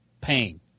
pain